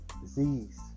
Disease